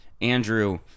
Andrew